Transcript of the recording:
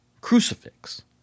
crucifix